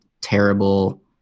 terrible